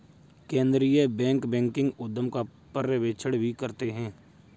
केन्द्रीय bank banking उद्योग का पर्यवेक्षण भी करते हैं